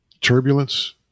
Turbulence